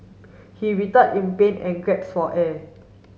he in pain and for air